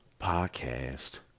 podcast